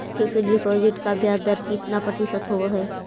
Fix deposit का ब्याज दर कितना प्रतिशत होब है?